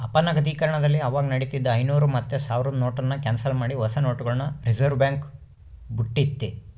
ಅಪನಗದೀಕರಣದಲ್ಲಿ ಅವಾಗ ನಡೀತಿದ್ದ ಐನೂರು ಮತ್ತೆ ಸಾವ್ರುದ್ ನೋಟುನ್ನ ಕ್ಯಾನ್ಸಲ್ ಮಾಡಿ ಹೊಸ ನೋಟುಗುಳ್ನ ರಿಸರ್ವ್ಬ್ಯಾಂಕ್ ಬುಟ್ಟಿತಿ